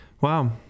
Wow